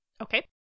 Okay